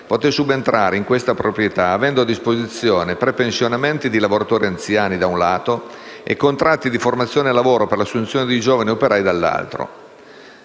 poté subentrare in questa proprietà avendo a disposizione prepensionamenti di lavoratori anziani, da un lato, e contratti di formazione lavoro per l'assunzione di giovani operai, dall'altro.